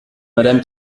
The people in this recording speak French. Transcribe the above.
madame